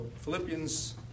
Philippians